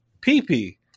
pee-pee